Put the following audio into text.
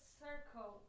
circle